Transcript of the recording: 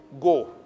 Go